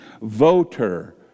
voter